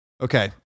okay